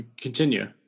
Continue